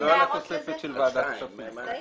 לא על התוספת של ועדת הכספים.